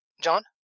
John